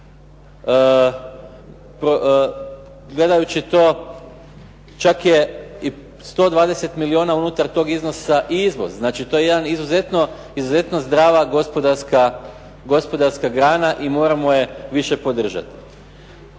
gledajući to čak je i 120 milijuna od toga iznosa i izvoz, to je jedna izuzetno zdrava gospodarska grana i moramo ju više podržati.